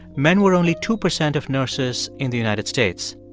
men were only two percent of nurses in the united states.